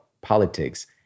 politics